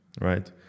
right